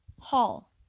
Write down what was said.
Hall